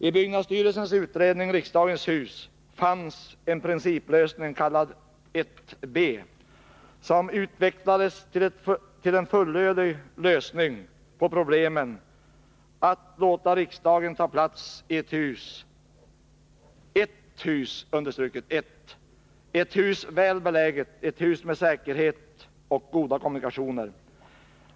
I byggnadsstyrelsens utredning Riksdagens hus fanns en principlösning kallad 1b, som utvecklades till en fullödig lösning på problemet att låta riksdagen ta säte i ett hus, väl beläget, med god säkerhet och med goda kommunikationer.